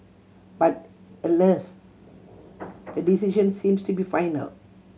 but alas the decision seems to be final